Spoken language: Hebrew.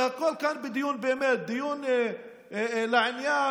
הדיון באמת לעניין,